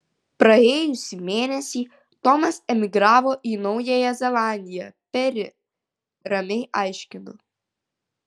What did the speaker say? praėjusį mėnesį tomas emigravo į naująją zelandiją peri ramiai aiškinu